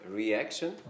reaction